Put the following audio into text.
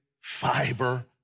fiber